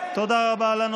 תודה רבה.